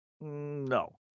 No